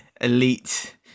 elite